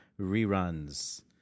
reruns